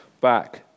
back